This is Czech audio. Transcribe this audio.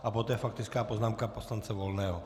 A poté faktická poznámka poslance Volného.